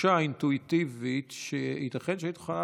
תחושה אינטואיטיבית שייתכן שהיית יכולה